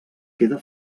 queda